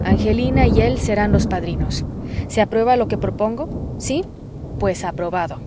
angelina y él serán los padrinos se aprueba lo que propongo sí pues aprobado